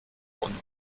und